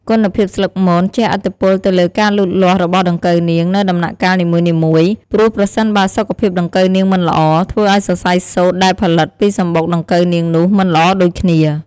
គុណភាពស្លឹកមន ជះឥទ្ធិពលទៅលើការលូតលាស់របស់ដង្កូវនាង នៅដំណាក់កាលនីមួយៗ ព្រោះប្រសិនបើសុខភាពដង្កូវនាងមិនល្អ ធ្វើឱ្យសរសៃសូត្រដែលផលិតពីសំបុកដង្កូវនាងនោះមិនល្អដូចគ្នា។